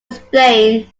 explain